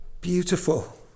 beautiful